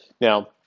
Now